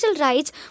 rights